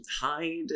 hide